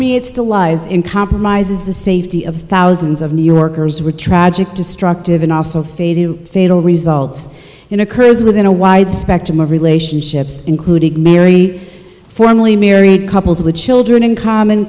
the lives in compromises the safety of thousands of new yorkers were tragic destructive and also fatal fatal results in occurs within a wide spectrum of relationships including mary formally married couples with children in common